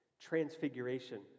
transfiguration